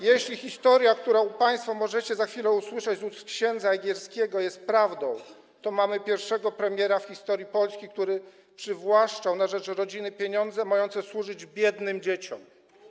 Jeśli historia, którą państwo możecie za chwilę usłyszeć z ust ks. Jegierskiego, jest prawdą, to mamy pierwszego premiera w historii Polski, który przywłaszczał na rzecz rodziny pieniądze mające służyć biednym dzieciom.